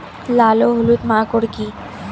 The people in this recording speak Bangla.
লাল ও হলুদ মাকর কী?